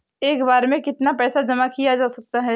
एक बार में कितना पैसा जमा किया जा सकता है?